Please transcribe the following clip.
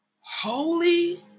holy